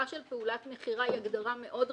של פעולת מכירה היא הגדרה מאוד רחבה,